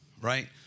right